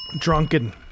Drunken